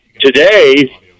today